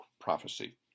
prophecy